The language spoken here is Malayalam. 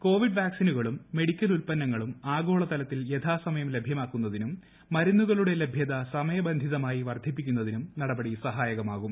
കോവിഡ് വാക്സിനുകളും മെഡിക്കൽ ഉൽപന്നങ്ങളും ആഗോളതലത്തിൽ യഥാസമയം ലഭ്യമാക്കുന്നതിനും മരുന്നുകളുടെ ലഭൃത സമയബന്ധിതമായി വർദ്ധിപ്പിക്കുന്നതിനും നടപടി സഹായകമാകും